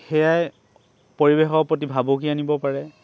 সেয়াই পৰিৱেশৰ প্ৰতি ভাবুকি আনিব পাৰে